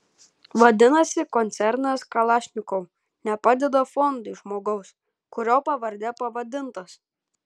vadinasi koncernas kalašnikov nepadeda fondui žmogaus kurio pavarde pavadintas